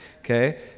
okay